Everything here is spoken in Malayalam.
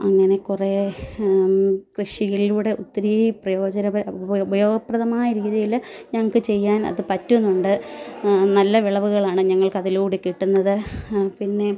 അങ്ങനെ കുറേ കൃഷിയിലൂടെ ഒത്തിരി പ്രയോജന ഉപയോഗപ്രദമായ രീതിയിൽ ഞങ്ങൾക്ക് ചെയ്യാൻ അത് പറ്റുന്നുണ്ട് നല്ല വിളവുകളാണ് ഞങ്ങൾക്ക് അതിലൂടെ കിട്ടുന്നത് പിന്നെ